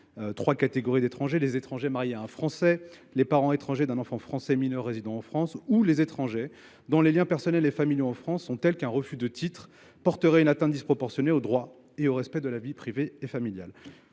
trois catégories d’étrangers : les étrangers mariés à un Français ; les parents étrangers d’un enfant français mineur résidant en France ; les étrangers dont les liens personnels et familiaux en France sont tels qu’un refus de titre porterait à son droit au respect de sa vie privée et familiale